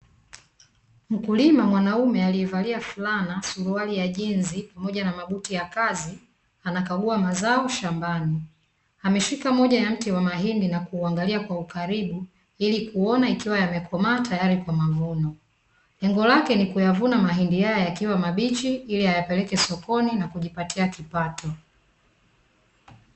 Mkulima mwanaume aliyevalia fulana, suruali ya jinzi pamoja na mabuti ya kazi anakagua mazao shambani. Ameshika moja ya mti wa mahindi na kuuangalia kwa ukaribu ili kuona ikiwa yamekomaa tayari kwa mavuno, lengo lake ni kuyavuna mahindi haya yakiwa mabichi ili ayapeleke sokoni na kujipatia kipato.